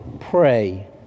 Pray